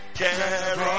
care